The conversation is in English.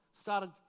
started